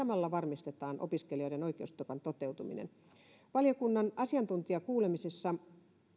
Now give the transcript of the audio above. samalla varmistetaan opiskelijoiden oikeusturvan toteutuminen valiokunnan asiantuntijakuulemisissa